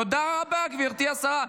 --- תודה רבה, גברתי השרה.